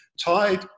Tide